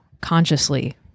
consciously